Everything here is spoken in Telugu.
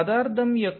పదార్థం యొక్క